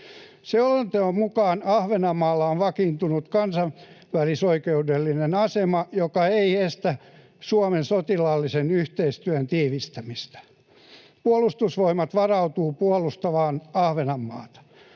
Selonteon mukaan Ahvenanmaalla on vakiintunut kansainvälisoikeudellinen asema, joka ei estä Suomen sotilaallisen yhteistyön tiivistämistä. Puolustusvoimat varautuu puolustamaan Ahvenanmaata.